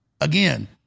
Again